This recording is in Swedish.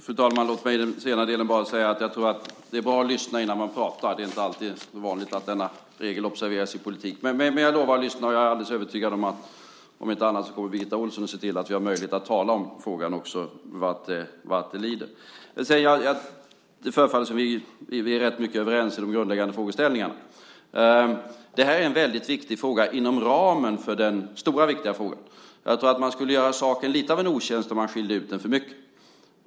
Fru talman! Det är bra att lyssna innan man pratar. Det är inte alltid så vanligt att denna regel observeras i politiken. Men jag lovar att lyssna, och jag är alldeles övertygad om att om inte annat kommer Birgitta Ohlsson att se till att vi får möjlighet att diskutera frågan vad det lider. Det förefaller som om vi är rätt överens i de grundläggande frågeställningarna. Detta är en viktig fråga inom ramen för den stora viktiga frågan. Vi skulle göra saken lite av en otjänst om vi skilde ut den för mycket.